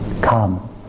Come